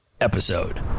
episode